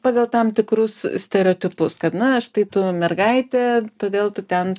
pagal tam tikrus stereotipus kad na štai tu mergaitė todėl tu ten